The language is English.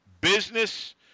business